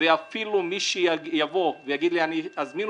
אפילו כוס קפה אני לא לוקח מאדם ואני לא